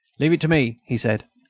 leave it to me, he said,